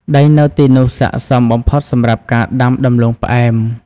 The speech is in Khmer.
ដីនៅទីនោះស័ក្តិសមបំផុតសម្រាប់ការដាំដំឡូងផ្អែម។